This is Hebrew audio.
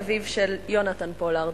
אביו של יונתן פולארד.